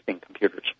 computers